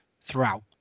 throughout